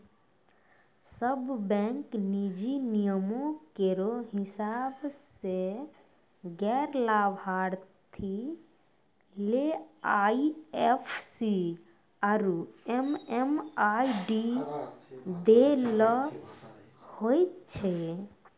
सब बैंक सिनी नियमो केरो हिसाब सें गैर लाभार्थी ले आई एफ सी आरु एम.एम.आई.डी दै ल होय छै